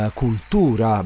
cultura